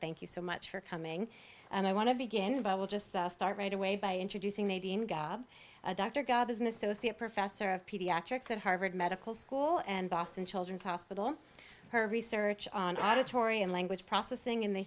thank you so much for coming and i want to begin by i will just start right away by introducing the gob dr god is an associate professor of pediatrics at harvard medical school and boston children's hospital her research on auditory and language processing in the